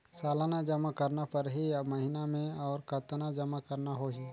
सालाना जमा करना परही या महीना मे और कतना जमा करना होहि?